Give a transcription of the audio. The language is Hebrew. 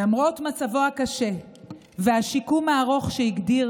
למרות מצבו הקשה והשיקום הארוך, שאותו הגדיר